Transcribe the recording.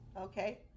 Okay